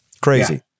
Crazy